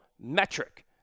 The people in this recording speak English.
metric